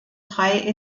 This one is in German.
drei